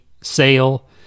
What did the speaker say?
Sale